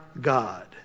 God